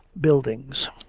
buildings